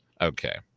Okay